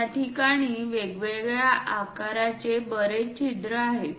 या ठिकाणी वेगवेगळ्या आकाराचे बरेच छिद्र आहेत